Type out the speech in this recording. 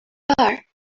are